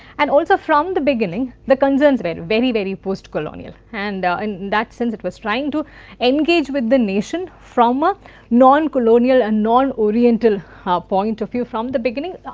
and also from the beginning the concerns were very, very post colonial and and in that sense it was trying to engage with the nation from a non-colonial and non-oriental ah point of view from the beginning.